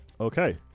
Okay